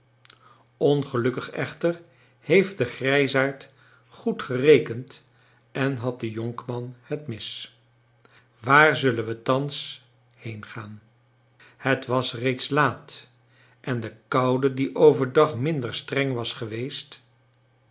ongelukkig echter heeft de grijsaard goed gerekend en had de jonkman het mis waar zullen we thans heengaan het was reeds laat en de koude die overdag minder streng was geweest